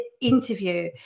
interview